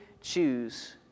choose